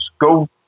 Go